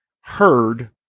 heard